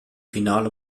finale